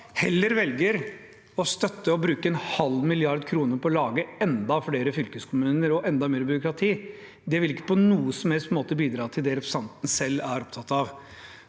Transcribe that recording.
heller velger å støtte å bruke en halv milliard kroner på å lage enda flere fylkeskommuner og enda mer byråkrati. Det vil ikke på noen som helst måte bidra til det representanten selv er opptatt av.